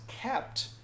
kept